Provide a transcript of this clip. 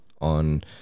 on